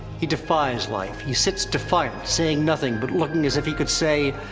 he defies life he sits defiant, saying nothing, but looking as if he could say